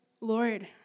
Lord